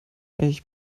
ich